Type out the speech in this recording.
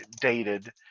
dated